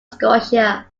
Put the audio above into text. scotia